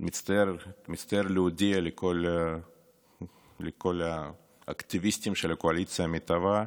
מצטער להודיע לכל האקטיביסטים של הקואליציה המתהווה: